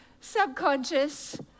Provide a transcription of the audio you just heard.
subconscious